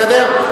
בסדר?